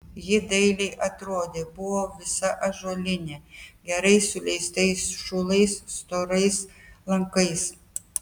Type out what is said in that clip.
ji dailiai atrodė buvo visa ąžuolinė gerai suleistais šulais storais lankais